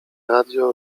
radio